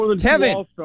Kevin